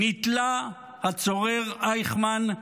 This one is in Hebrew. נתלה הצורר אייכמן,